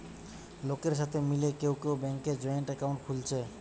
লোকের সাথে মিলে কেউ কেউ ব্যাংকে জয়েন্ট একাউন্ট খুলছে